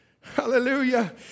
Hallelujah